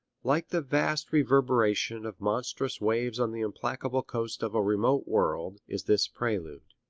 like the vast reverberation of monstrous waves on the implacable coast of a remote world is this prelude.